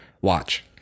watch